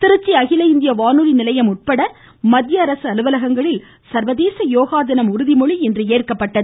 திருச்சி அகில இந்திய வானொலி நிலையம் உட்பட மத்திய அலுவலகங்களில் சர்வதேச யோகா தின உறுதிமொழி ஏற்கப்பட்டது